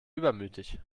übermütig